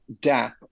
DAP